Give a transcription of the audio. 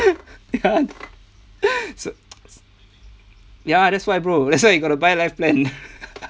ya that's why bro that's why you gotta buy life plan